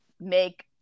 make